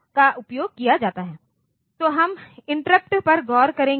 आगे हम इंटरप्ट पर गौर करेंगे